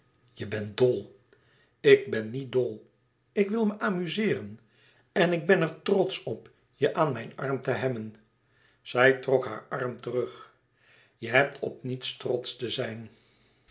je bent dol ik ben niet dol ik wil me amuzeeren en ik ben er trotsch op je aan mijn arm te hebben zij trok haar arm terug je hebt op niets trotsch te zijn